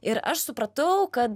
ir aš supratau kad